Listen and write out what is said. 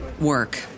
work